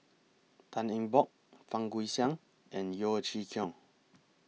Tan Eng Bock Fang Guixiang and Yeo Chee Kiong